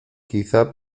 quizá